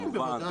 כמובן,